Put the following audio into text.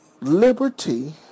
Liberty